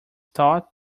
taught